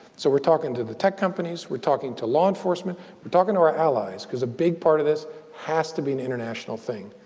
so we're talking to the tech companies. we're talking to law enforcement. we're talking to our allies because a big part of this has to be an international thing.